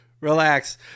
relax